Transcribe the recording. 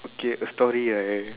okay a story I